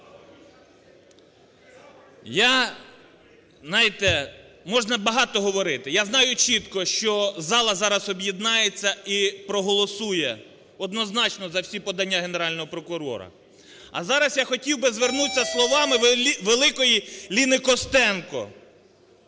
Я, знаєте, можна багато говорити. Я знаю чітко, що зала зараз об'єднається і проголосує однозначно за всі подання Генерального прокурора. А зараз я хотів би звернутися словами великої Ліни Костенко.